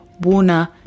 Warner